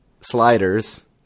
sliders